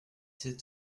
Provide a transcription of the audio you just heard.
sept